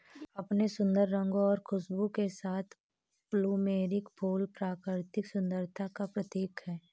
अपने सुंदर रंगों और खुशबू के साथ प्लूमेरिअ फूल प्राकृतिक सुंदरता का प्रतीक है